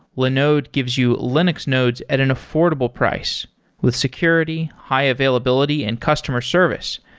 linode gives you linux nodes at an affordable price with security, high-availability and customer service.